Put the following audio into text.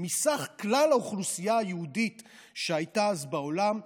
מכלל האוכלוסייה היהודית שהייתה אז בעולם,